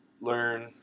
learn